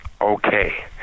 Okay